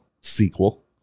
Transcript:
sequel